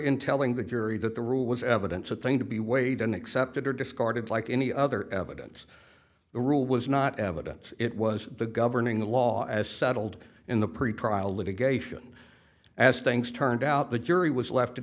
in telling the jury that the rule was evidence a thing to be weighed and accepted or discarded like any other evidence the rule was not evidence it was the governing the law as settled in the pretrial litigation as things turned out the jury was left to